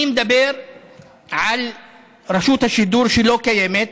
אני מדבר על רשות השידור, שלא קיימת,